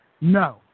No